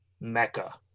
Mecca